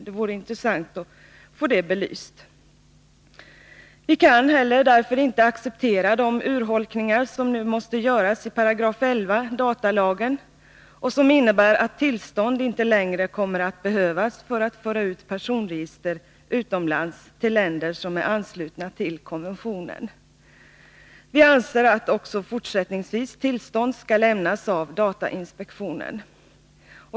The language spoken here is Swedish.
Det vore intressant att få detta belyst. Vi kan därför inte heller acceptera de urholkningar som måste göras i 11 § datalagen och som innebär att tillstånd inte längre kommer att behövas för att föra ut personregister utomlands till länder som är anslutna till konventionen. Vi anser att också fortsättningsvis tillstånd skall lämnas av datainspektionen.